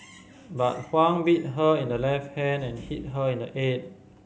but Huang bit her in the left hand and hit her in the head